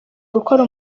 gukora